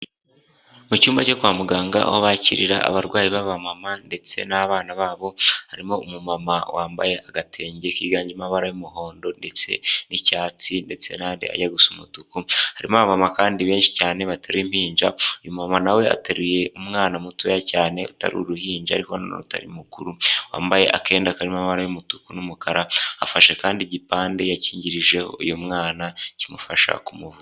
Mu cyumba cyo kwa muganga ahokirira abarwayi baba'aba mama, ndetse n'abana babo harimo umumama wambaye agatenge kiganye amabara y'umuhondo, ndetse n'icyatsi ndetse na ajya gu gusa umutuku harimo mama kandi benshi cyane baterara impinjama, nawe ateruye umwana mutoya cyane utari uruhinja ariko n'tari mukuru wambaye akenda karimo amabara y'umutuku n'umukara afashe kandi igipande yakingirije uyu mwana kimufasha kumuvuza.